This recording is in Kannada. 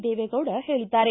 ದೇವೇಗೌಡ ಹೇಳಿದ್ದಾರೆ